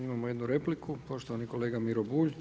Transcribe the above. Imamo jednu repliku, poštovani kolega Miro Bulj.